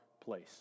place